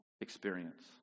experience